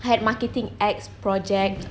I had marketing X project